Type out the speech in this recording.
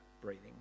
breathing